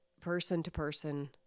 person-to-person